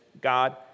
God